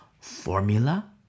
formula